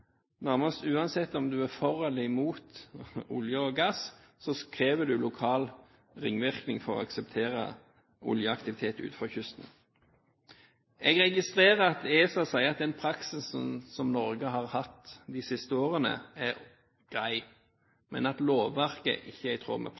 nærmest uansett om man er for eller imot utvinning av olje og gass – krever lokale ringvirkninger for å kunne akseptere oljeaktivitet utenfor kysten. Jeg registrerer at ESA sier at den praksisen som Norge har hatt de siste årene, er grei,